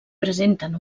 presenten